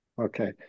Okay